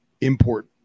import